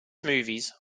movies